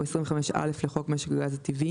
או 25א לחוק משק הגז הטבעי"